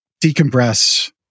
Decompress